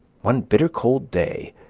one bitter cold day,